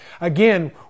Again